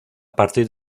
partir